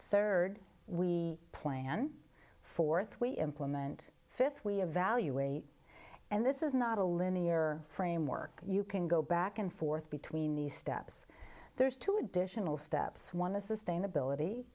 rd we plan th we implement th we evaluate and this is not a linear framework you can go back and forth between these steps there's two additional steps one of sustainability